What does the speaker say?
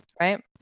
right